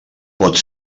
pot